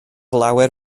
lawer